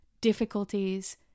difficulties